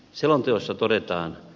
selonteossa todetaan